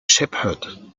shepherd